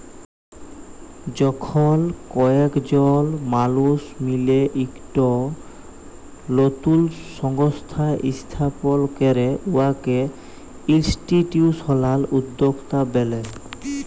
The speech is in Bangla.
যখল কয়েকজল মালুস মিলে ইকট লতুল সংস্থা ইস্থাপল ক্যরে উয়াকে ইলস্টিটিউশলাল উদ্যক্তা ব্যলে